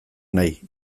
nahi